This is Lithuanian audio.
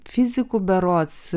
fiziku berods